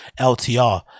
ltr